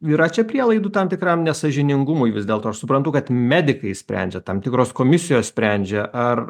yra čia prielaidų tam tikram nesąžiningumui vis dėlto suprantu kad medikai sprendžia tam tikros komisijos sprendžia ar